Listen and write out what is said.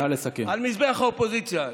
על מזבח האופוזיציה.